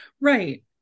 Right